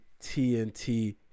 TNT